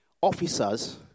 officers